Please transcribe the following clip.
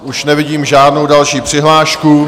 Už nevidím žádnou další přihlášku.